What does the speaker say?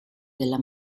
della